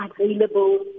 available